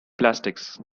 plastics